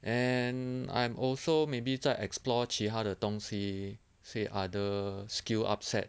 and I'm also maybe 在 explore 其他的东西 see other skill upset